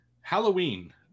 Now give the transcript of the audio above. Halloween